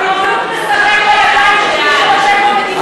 אתה בדיוק משחק לידיים של מי שעושה במדינה הזאת,